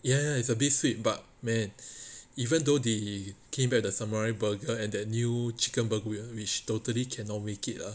ya ya it's a bit sweet but man even though they came with the samurai burger and their new chicken burger which totally cannot make it ah